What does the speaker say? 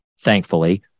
thankfully